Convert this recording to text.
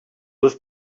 have